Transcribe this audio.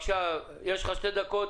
בבקשה, יש לך שתי דקות,